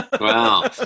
Wow